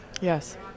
Yes